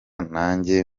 nanjye